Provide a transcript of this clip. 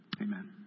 Amen